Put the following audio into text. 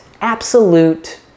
absolute